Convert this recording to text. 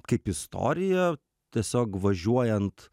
kaip istorija tiesiog važiuojant